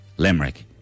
Limerick